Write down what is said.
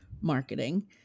marketing